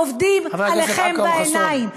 עובדים עליכם בעיניים,